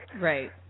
Right